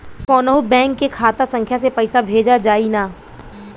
कौन्हू बैंक के खाता संख्या से पैसा भेजा जाई न?